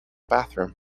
bathroom